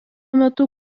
metu